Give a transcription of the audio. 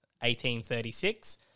1836